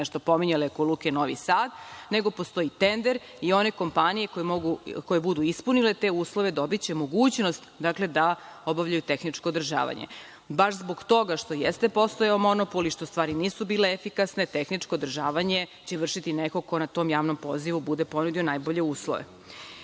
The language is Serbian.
nešto pominjali oko Luke Novi Sad, nego postoji tender i one kompanije koje budu ispunile te uslove dobiće mogućnost da obavljaju tehničko održavanje. Baš zbog toga što jeste postojao monopol i što stvari nisu bile efikasne, tehničko održavanje će vršiti neko ko na tom javnom pozivu bude ponudio najbolje